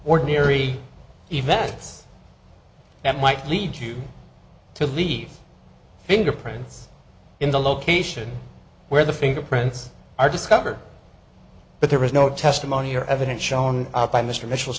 ordinary events that might lead you to leave fingerprints in the location where the fingerprints are discovered but there was no testimony or evidence shown by mr